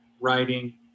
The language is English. writing